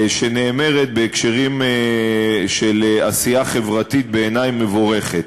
שנאמרת בהקשרים של עשייה חברתית, בעיני, מבורכת.